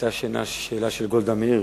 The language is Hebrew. היתה שאלה של גולדה מאיר,